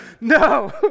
no